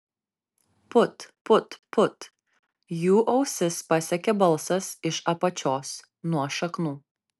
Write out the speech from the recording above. put put put jų ausis pasiekė balsas iš apačios nuo šaknų